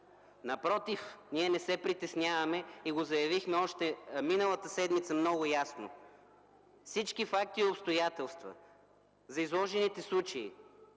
Напротив, ние не се притесняваме и го заявихме много ясно още миналата седмица: всички факти и обстоятелства за изложените случаи